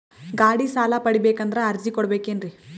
ಗಾಡಿ ಸಾಲ ಪಡಿಬೇಕಂದರ ಅರ್ಜಿ ಕೊಡಬೇಕೆನ್ರಿ?